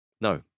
No